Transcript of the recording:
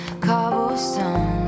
cobblestone